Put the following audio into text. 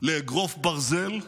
לאגרוף ברזל,